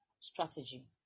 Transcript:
strategy